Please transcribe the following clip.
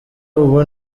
ubu